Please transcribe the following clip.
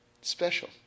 special